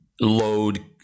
load